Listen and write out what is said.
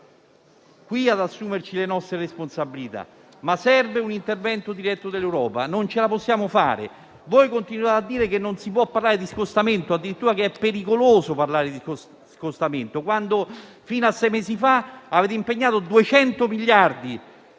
dobbiamo assumere le nostre responsabilità, ma serve un intervento diretto dell'Europa, altrimenti non ce la possiamo fare. Voi continuate a dire che non si può parlare di scostamento, addirittura che sia pericoloso farlo, quando, fino a sei mesi fa, avete impegnato 200 miliardi